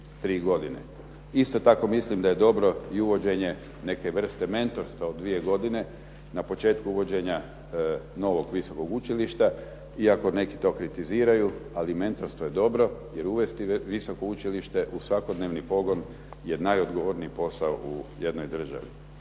Isto tako mislim da je dobro i uvođenje neke vrste mentorstva u dvije godine na početku uvođenja novog visokog učilišta iako neki to kritiziraju ali mentorstvo je dobro jer uvesti visoko učilište u svakodnevni pogon je najodgovorniji posao u jednoj državi.